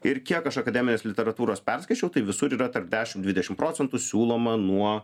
ir kiek aš akademinės literatūros perskaičiau tai visur yra tarp dešim dvidešim procentų siūloma nuo